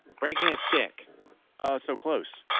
breaking a stick oh. so close.